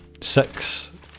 six